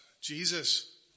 Jesus